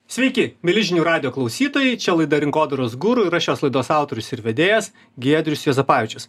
sveiki mieli žinių radijo klausytojai čia laida rinkodaros guru ir aš šios laidos autorius ir vedėjas giedrius juozapavičius